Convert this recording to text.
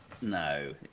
No